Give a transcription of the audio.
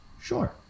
Sure